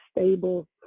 stable